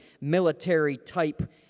military-type